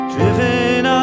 Driven